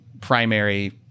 primary